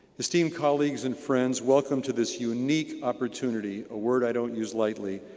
esteemed colleagues and friends welcome to this unique opportunity, a word i don't use lightly,